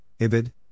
Ibid